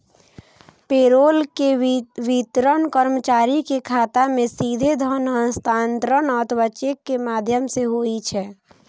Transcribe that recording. payroll के वितरण कर्मचारी के खाता मे सीधे धन हस्तांतरण अथवा चेक के माध्यम सं होइ छै